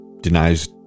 denies